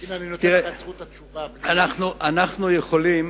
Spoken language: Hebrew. תראה, אנחנו יכולים